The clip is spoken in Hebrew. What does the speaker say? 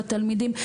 לתלמידים,